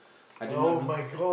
I do not know